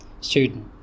student